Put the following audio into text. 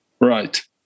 right